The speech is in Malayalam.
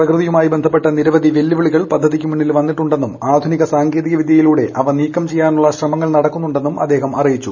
പ്രകൃതിയുമായി ബന്ധപ്പെട്ട നിരവധി വെല്ലുവിളികൾ പദ്ധതിക്ക് മുന്നിൽ വന്നിട്ടുണ്ടെന്നും ആധുനിക സാങ്കേതിക്വിദ്യയിലൂടെ അവ നീക്കം ചെയ്യാനുള്ള ശ്രമങ്ങൾ നടക്കുന്നുണ്ടെന്നും അദ്ദേഹം പറഞ്ഞു